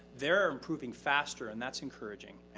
they're improving faster. and that's encouraging.